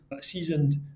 seasoned